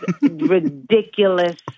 ridiculous